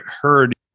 heard